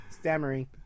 stammering